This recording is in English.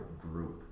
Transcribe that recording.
group